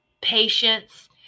patience